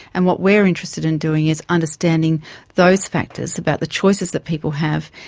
and what we are interested in doing is understanding those factors, about the choices that people have,